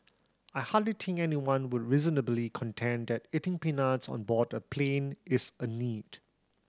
I hardly think anyone would reasonably contend that eating peanuts on board a plane is a need